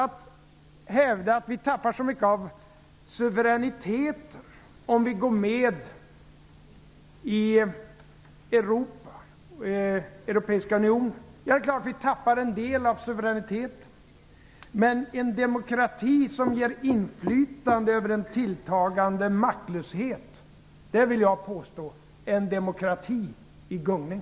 Ni hävdar att vi tappar så mycket av suveräniteten om vi går med i Europeiska unionen. Det är klart att vi tappar en del av suveräniteten. Men en demokrati som ger inflytande över en tilltagande maktlöshet vill jag påstå är en demokrati i gungning.